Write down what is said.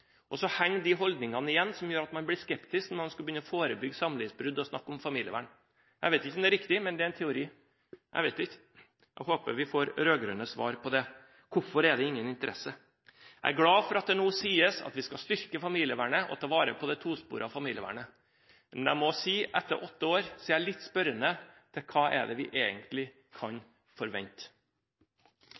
Så henger de holdningene igjen, som gjør at man blir skeptisk når man skal begynne å forebygge samlivsbrudd og snakke om familievern. Jeg vet ikke om det er riktig, men det er en teori. Jeg vet ikke, men jeg håper vi får rød-grønne svar på hvorfor det ikke er noen interesse. Jeg er glad for at det nå sies at vi skal styrke familievernet og ta vare på det tosporete familievernet, men jeg må si at etter åtte år er jeg litt spørrende til hva vi egentlig kan forvente.